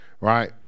right